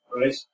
right